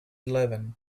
eleven